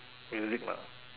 music lah